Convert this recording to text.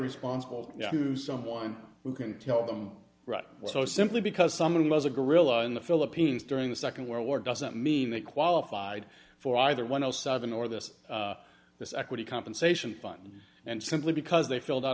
responsible to someone who can tell them right so simply because someone was a guerrilla in the philippines during the second world war doesn't mean they qualified for either one o seven or this this equity compensation fund and simply because they filled out